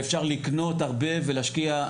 ואפשר לקנות הרבה ולהשקיע,